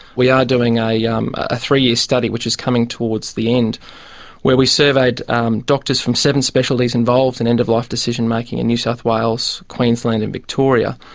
we are doing ah yeah um a three-year study which is coming towards the end where we surveyed doctors from seven specialties involved in end-of-life decision-making in new south wales, queensland and victoria.